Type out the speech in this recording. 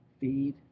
feed